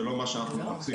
זה לא מה שאנחנו רוצים.